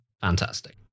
Fantastic